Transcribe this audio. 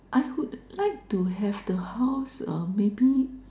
I would like to have the house uh maybe